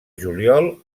juliol